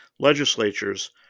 legislatures